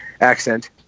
accent